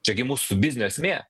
čia gi mūsų biznio esmė